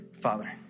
Father